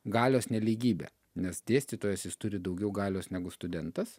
galios nelygybė nes dėstytojas jis turi daugiau galios negu studentas